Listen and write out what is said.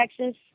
Texas